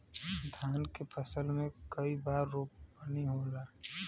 धान के फसल मे कई बार रोपनी होला?